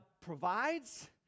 provides